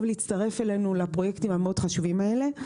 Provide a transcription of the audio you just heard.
ולהצטרף אלינו לפרויקטים המאוד חשובים האלה.